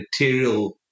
material